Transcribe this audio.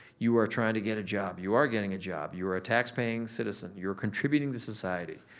you are trying to get a job, you are getting a job, you're a taxpaying citizen, you're contributing to society,